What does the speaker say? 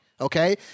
okay